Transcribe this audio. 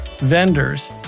vendors